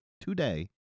today